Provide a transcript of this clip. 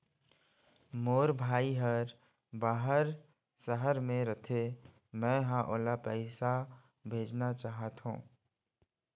मोर भाई हर बाहर शहर में रथे, मै ह ओला पैसा भेजना चाहथों